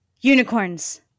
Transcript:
Unicorns